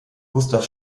gustav